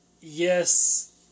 yes